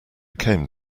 came